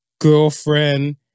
girlfriend